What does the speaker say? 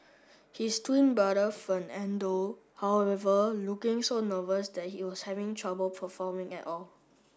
his twin brother Fernando however looking so nervous that he was having trouble performing at all